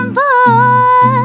boy